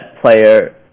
player